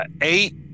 eight